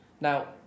Now